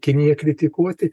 kiniją kritikuoti